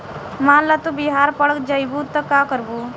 मान ल तू बिहार पड़ जइबू त का करबू